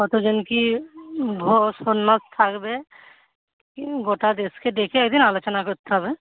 কতজন কি থাকবে গোটা দেশকে ডেকে একদিন আলোচনা করতে হবে